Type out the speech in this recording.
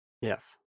Yes